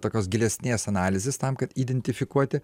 tokios gilesnės analizės tam kad identifikuoti